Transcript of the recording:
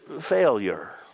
failure